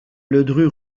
ledru